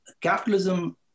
capitalism